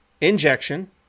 injection